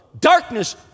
darkness